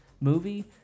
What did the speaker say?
movie